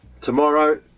tomorrow